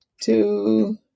two